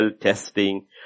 testing